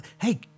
Hey